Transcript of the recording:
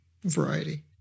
variety